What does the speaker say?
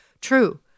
true